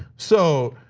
so,